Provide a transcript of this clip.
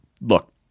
Look